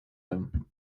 them